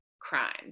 crime